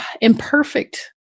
imperfect